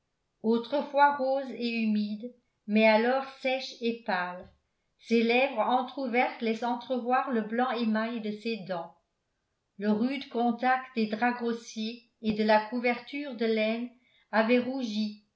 autrefois roses et humides mais alors sèches et pâles ses lèvres entr'ouvertes laissent entrevoir le blanc émail de ses dents le rude contact des draps grossiers et de la couverture de laine avait rougi